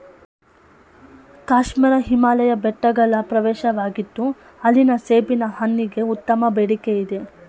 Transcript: ಕಾಶ್ಮೀರ ಹಿಮಾಲಯ ಬೆಟ್ಟಗಳ ಪ್ರವೇಶವಾಗಿತ್ತು ಅಲ್ಲಿನ ಸೇಬಿನ ಹಣ್ಣಿಗೆ ಉತ್ತಮ ಬೇಡಿಕೆಯಿದೆ